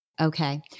Okay